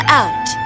out